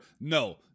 No